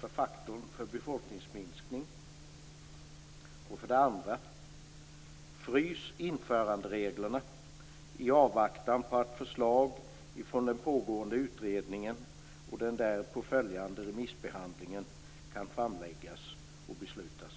för faktorn för befolkningsminskning. För det andra frysa införandereglerna i avvaktan på att förslag från den pågående utredningen och den därpå följande remissbehandlingen kan framläggas och beslutas.